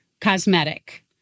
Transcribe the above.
cosmetic